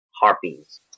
harpies